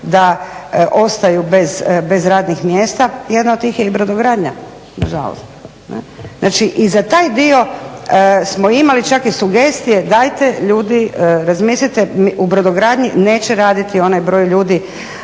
da ostaju bez radnih mjesta. Jedna od tih je i brodogradnja nažalost. Znači i za taj dio smo imali čak i sugestije dajte ljudi razmislite, brodogradnji neće raditi onaj broj ljudi